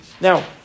Now